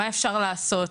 על מה אפשר לעשות.